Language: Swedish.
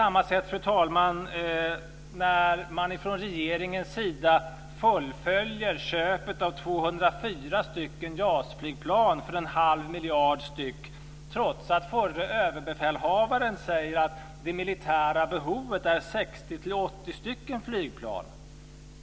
Samma sak gäller när regeringen fullföljer köpet av 204 JAS-flygplan för 1⁄2 miljard styck, trots att förre överbefälhavaren säger att det militära behovet är 60-80 flygplan.